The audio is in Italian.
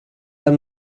dal